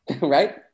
right